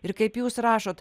ir kaip jūs rašot